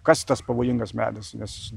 kas tas pavojingas medis nes